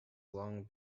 long